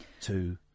Two